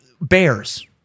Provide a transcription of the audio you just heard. bears